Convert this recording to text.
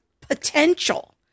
potential